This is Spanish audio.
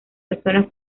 personas